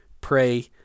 pray